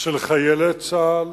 של חיילי צה"ל